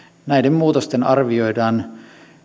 näiden muutosten arvioidaan